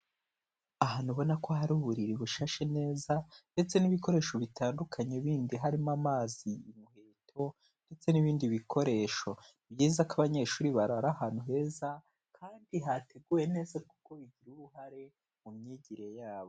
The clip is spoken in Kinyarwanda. Ahantu ubona ko hari uburiri bushashe neza ndetse n'ibikoresho bitandukanye bindi harimo amazi, inkweto ndetse n'ibindi bikoresho. Ni byiza ko abanyeshuri barara ahantu heza kandi hateguwe neza kuko bigira uruhare mu myigire yabo.